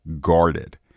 Guarded